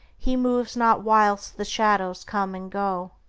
he moves not whilst the shadows come and go.